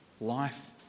Life